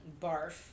Barf